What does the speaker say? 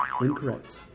Incorrect